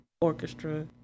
orchestra